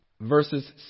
verses